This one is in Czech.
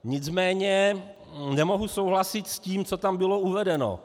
Nicméně nemohu souhlasit s tím, co tam bylo uvedeno.